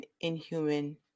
Inhuman